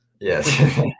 Yes